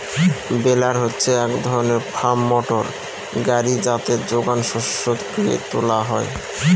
বেলার হচ্ছে এক ধরনের ফার্ম মোটর গাড়ি যাতে যোগান শস্যকে তোলা হয়